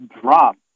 drop